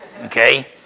okay